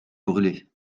brûlée